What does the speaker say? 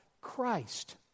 christ